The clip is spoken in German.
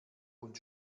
und